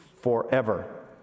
forever